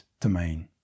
domain